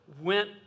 went